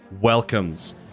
welcomes